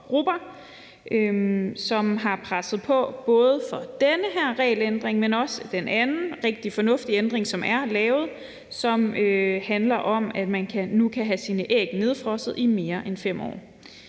som har presset på for både denne her regelændring, men også den anden rigtig fornuftig ændring, som er lavet, og som handler om, at man nu kan have sine æg nedfrosset i mere end 5 år.